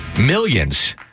millions